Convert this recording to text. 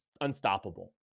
unstoppable